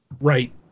Right